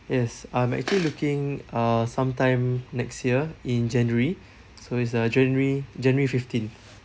yes I'm actually looking uh some time next year in january so it's uh january january fifteen